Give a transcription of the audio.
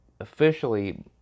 Officially